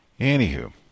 Anywho